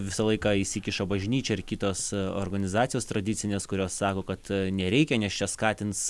visą laiką įsikiša bažnyčia ar kitos organizacijos tradicinės kurios sako kad nereikia nes čia skatins